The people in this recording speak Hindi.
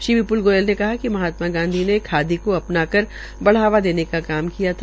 श्री विपुल गोयल ने कहा कि महात्मा गांधी ने खादी को अपनाकर बढावा देने का काम किया था